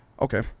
Okay